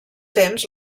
temps